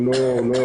הוא לא אפקטיבי,